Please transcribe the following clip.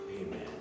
Amen